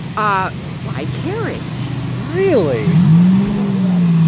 ah by carriage really? yes, he is